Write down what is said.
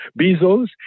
Bezos